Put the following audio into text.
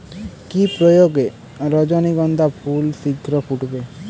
কি প্রয়োগে রজনীগন্ধা ফুল শিঘ্র ফুটবে?